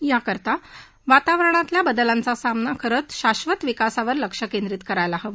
याकरता वातावरणातल्या बदलांचा सामना करुन शाधित विकासावर लक्ष केंद्रीत करायला हवे